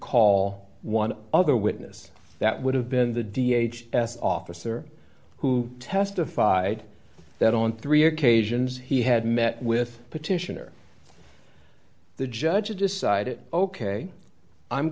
call one other witness that would have been the d h s officer who testified that on three occasions he had met with petitioner the judge decided ok i'm